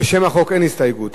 לשם החוק אין הסתייגות,